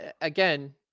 again